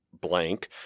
blank